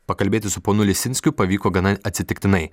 pakalbėti su ponu lisinskiu pavyko gana atsitiktinai